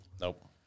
Nope